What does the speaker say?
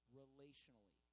relationally